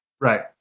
Right